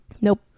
nope